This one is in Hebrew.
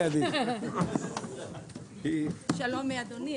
שלום, אדוני.